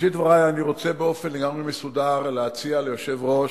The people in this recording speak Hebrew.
בראשית דברי אני רוצה באופן לגמרי מסודר להציע ליושב-ראש